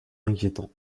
inquiétant